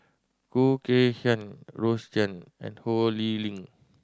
Khoo Kay Hian Rose Chan and Ho Lee Ling